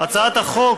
הצעת החוק